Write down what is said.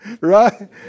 Right